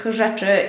rzeczy